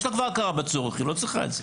יש לה כבר הכרה בצורך, היא לא צריכה את זה.